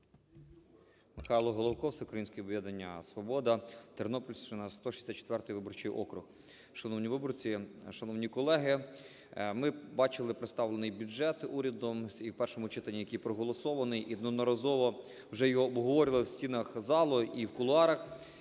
Михайло Головко, Всеукраїнське об'єднання "Свобода", Тернопільщина, 164-й виборчий округ. Шановні виборці, шановні колеги! Ми бачили представлений бюджет урядом, у першому читанні який проголосований, і неодноразово вже його обговорювали в стінах залу і в кулуарах.